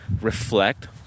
Reflect